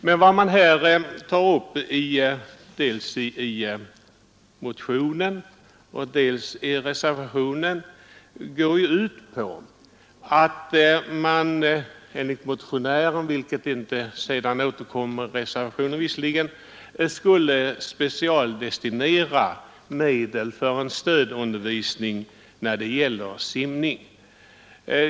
Men motionen — låt vara att saken inte återkommer i reservationen — går ut på att man skulle specialdestinera medel för en stödundervisning i simning.